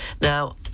Now